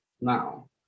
now